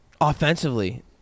offensively